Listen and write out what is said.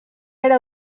era